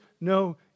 no